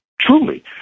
truly